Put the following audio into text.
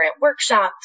workshops